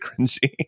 cringy